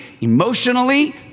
emotionally